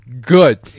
Good